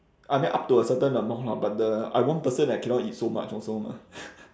I mean up to a certain amount lah but the I one person I cannot eat so much also mah